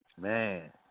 man